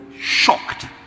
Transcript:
shocked